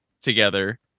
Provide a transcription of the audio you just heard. together